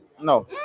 No